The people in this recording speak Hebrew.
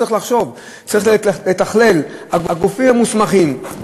הגופים המוסמכים,